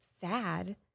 sad